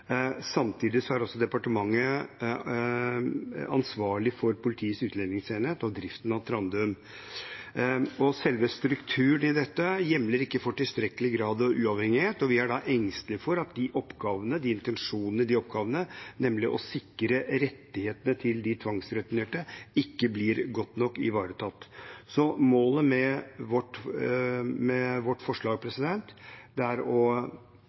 Samtidig er departementet ansvarlig for Politiets utlendingsenhet og driften av Trandum. Selve strukturen i dette hjemler ikke for tilstrekkelig grad av uavhengighet, og vi er da engstelig for at de oppgavene og intensjonen i dem, nemlig å sikre rettighetene til de tvangsreturnerte, ikke blir godt nok ivaretatt. Så målet med vårt